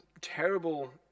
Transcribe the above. terrible